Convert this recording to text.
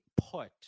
put